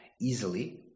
easily